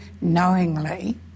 knowingly